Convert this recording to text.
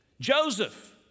Joseph